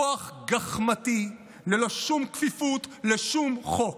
כוח גחמתי, ללא שום כפיפות לשום חוק.